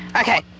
Okay